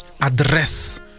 address